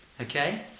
Okay